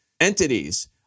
entities